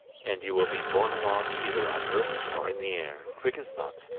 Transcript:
and you will be borne along either on earth or in the air, quick as thought,